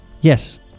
yes